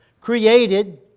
Created